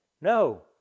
No